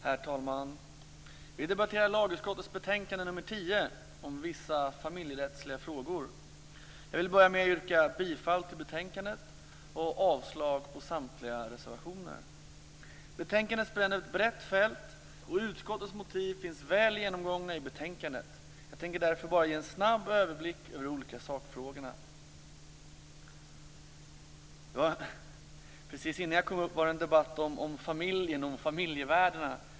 Herr talman! Vi debatterar lagutskottets betänkande nr 10 om vissa familjerättsliga frågor. Jag vill börja med att yrka bifall till utskottets hemställan och avslag på samtliga reservationer. Betänkandet spänner över ett brett fält, och utskottets motiv finns väl utvecklade i betänkandet. Jag tänker därför bara ge en snabb överblick av de olika sakfrågorna. Precis innan jag gick upp i talarstolen debatterades familjen och familjevärden.